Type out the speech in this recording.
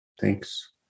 Thanks